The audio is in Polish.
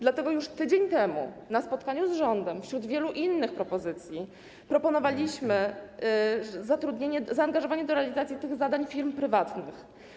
Dlatego już tydzień temu na spotkaniu z rządem wśród wielu innych propozycji my proponowaliśmy zaangażowanie do realizacji tych zadań firm prywatnych.